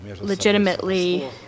legitimately